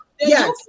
Yes